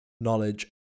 knowledge